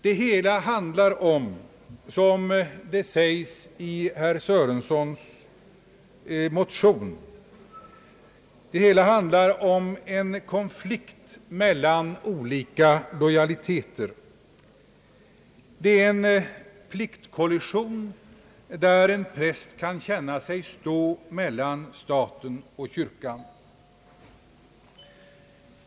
Det hela handlar om, som det sägs 1 motion nr I:753 en konflikt mellan olika lojaliteter. Det är en pliktkollision, där en präst kan känna sig stå mellan staten och kyrkan.